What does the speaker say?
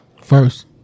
First